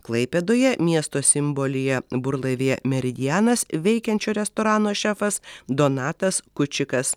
klaipėdoje miesto simbolyje burlaivyje meridianas veikiančio restorano šefas donatas kučikas